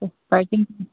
तो पैकिंग